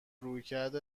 رویکرد